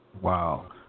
Wow